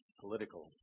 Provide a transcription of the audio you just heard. political